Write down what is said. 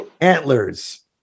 Antlers